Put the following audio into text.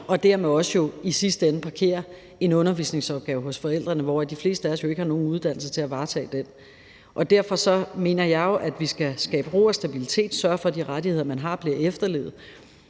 og dermed jo også i sidste ende parkerer en undervisningsopgave hos forældrene, da de fleste af os ikke har nogen uddannelse til at varetage den opgave. Derfor mener jeg, at vi skal skabe ro og stabilitet og sørge for, at de rettigheder, man har, bliver efterlevet,